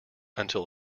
until